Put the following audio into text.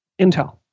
Intel